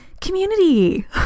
community